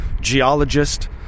geologist